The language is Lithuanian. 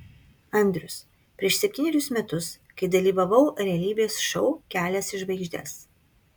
andrius prieš septynerius metus kai dalyvavau realybės šou kelias į žvaigždes